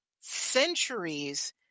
centuries